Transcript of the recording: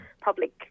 public